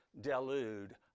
delude